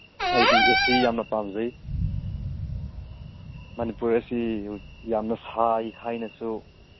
ꯑꯩꯗꯤ A C ꯌꯥꯝꯅ ꯄꯥꯝꯖꯩ ꯃꯅꯤꯄꯨꯔ ꯑꯁꯤ ꯌꯥꯝꯅ ꯁꯥꯏ ꯍꯥꯏꯅꯁꯨ